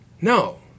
No